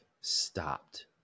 stopped